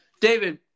David